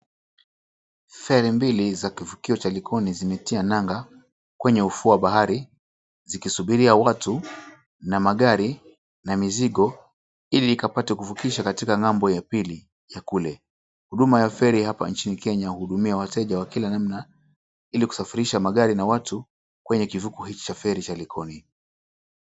Feri mbili za kivukio cha Likoni zimetia nanga kwenye ufuo wa bahari zikisubiria watu, magari na mizigo ili kuwavukisha katika katika ng'ambo ya pili ya kule. Huduma za feri hapa nchini Kenya ni ya wateja wa kila namna ili kusafirisha magari na watu kwenye kivuko hiki cha feri cha Likoni.